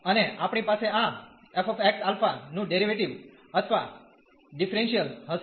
અને આપણી પાસે આ f xα નું ડેરીવેટીવ અથવા ડીફરેન્શીયલ હશે